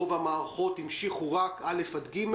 ברוב המערכות המשיכו רק א' ג'